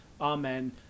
amen